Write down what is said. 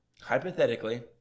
hypothetically